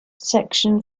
section